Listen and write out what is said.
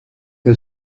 que